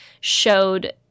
showed